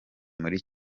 muri